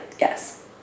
yes